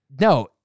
No